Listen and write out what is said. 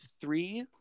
three